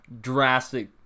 drastic